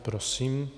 Prosím.